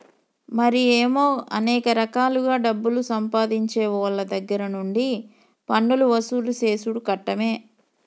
మరి ఏమో అనేక రకాలుగా డబ్బులు సంపాదించేవోళ్ళ దగ్గర నుండి పన్నులు వసూలు సేసుడు కట్టమే